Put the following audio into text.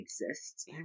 exists